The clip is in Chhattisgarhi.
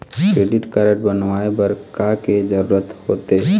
क्रेडिट कारड बनवाए बर का के जरूरत होते?